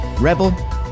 Rebel